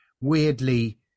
weirdly